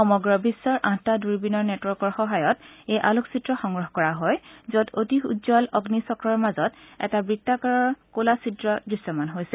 সমগ্ৰ বিশ্বৰ আঠটা দূৰবীনৰ নেটৱৰ্কৰ সহায়ত এই আলোকচিত্ৰ সংগ্ৰহ কৰা হয় য'ত অতি উজ্বল অগ্নি চক্ৰৰ মাজত এটা বৃত্তাকাৰৰ কলা ছিদ্ৰ দৃশ্যমান হৈছে